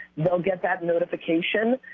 they'll get that notification,